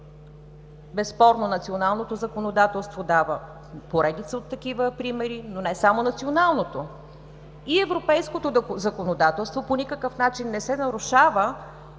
Безспорно националното законодателство дава поредица от такива примери, но не само националното, и европейското законодателство по никакъв начин не се нарушава,